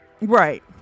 Right